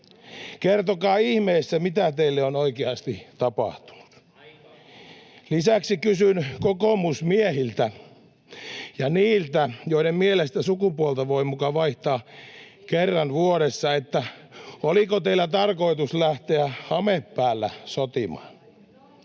Kertokaa ihmeessä, mitä teille on oikeasti tapahtunut. Lisäksi kysyn kokoomusmiehiltä ja niiltä, joiden mielestä sukupuolta voi muka vaihtaa kerran vuodessa, oliko teillä tarkoitus lähteä hame päällä sotimaan